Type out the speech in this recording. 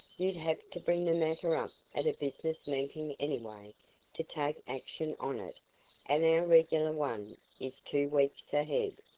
you'd have to bring the matter up at a business meeting anyway to take action on it and our regular one is two weeks ahead.